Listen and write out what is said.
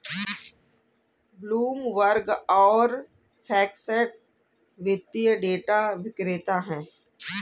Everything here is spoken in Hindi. ब्लूमबर्ग और फैक्टसेट वित्तीय डेटा विक्रेता हैं